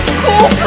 cool